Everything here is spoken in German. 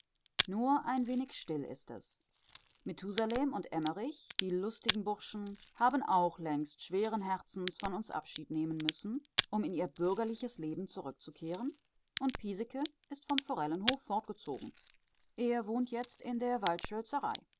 nur ein wenig still ist es methusalem und emmerich die lustigen burschen haben auch längst schweren herzens von uns abschied nehmen müssen um in ihr bürgerliches leben zurückzukehren und piesecke ist vom forellenhof fortgezogen er wohnt jetzt in der